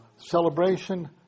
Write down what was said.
celebration